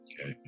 Okay